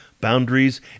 boundaries